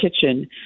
kitchen